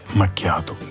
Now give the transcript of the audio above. macchiato